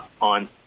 on